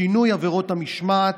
שינוי עבירות המשמעת,